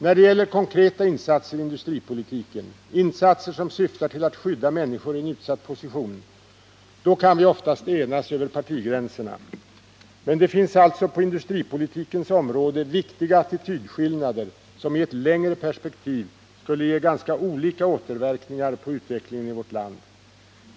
När det gäller konkreta insatser i industripolitiken, insatser som syftar till att skydda människor i en utsatt position, då kan vi oftast enas över partigränserna. Men det finns alltså på industripolitikens område viktiga attitydskillnader, som i ett längre perspektiv skulle ge ganska olika återverkningar på utvecklingen i vårt land.